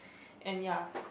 and ya